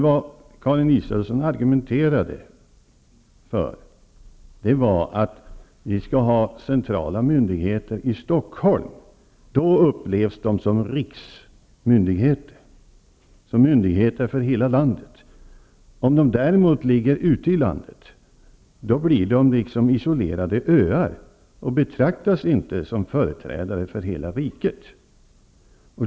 Vad Karin Israelsson argumenterade för var nämligen att vi skall ha centrala myndigheter i Stockholm, eftersom de då upplevs som riksmyndigheter, myndigheter för hela landet. Om de däremot ligger ute i landet blir de, enligt Karin Israelsson, isolerade öar och betraktas inte som företrädare för hela riket.